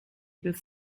this